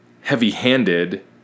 heavy-handed